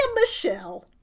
michelle